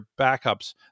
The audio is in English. backups